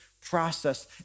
process